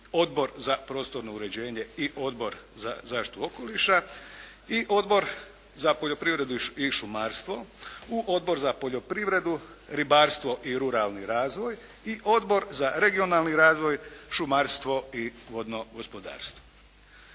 Odbor za prostorno uređenje i Odbor za zaštitu okoliša i Odbor za poljoprivredu i šumarstvo u Odbor za poljoprivredu, ribarstvo i ruralni razvoj i Odbor za regionalni razvoj, šumarstvo i vodno gospodarstvo.